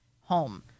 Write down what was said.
home